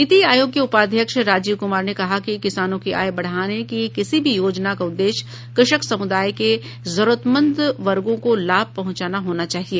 नीति आयोग के उपाध्यक्ष राजीव क्मार ने कहा है कि किसानों की आय बढ़ाने की किसी भी योजना का उद्देश्य कृषक समूदाय के जरूरतमंद वर्गों को लाभ पहंचाना होना चाहिए